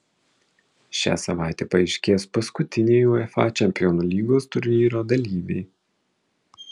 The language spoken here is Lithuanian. šią savaitę paaiškės paskutiniai uefa čempionų lygos turnyro dalyviai